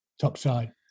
topside